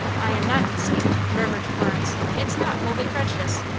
i am not deceived, murmured florence, it's not wholly prejudice.